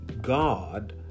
God